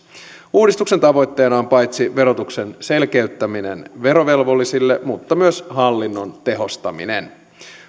uudistuksen tavoitteena on paitsi verotuksen selkeyttäminen verovelvollisille myös hallinnon tehostaminen